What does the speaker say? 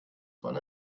von